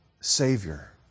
savior